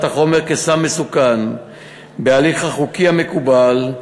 החומר כסם מסוכן בהליך החוקי המקובל.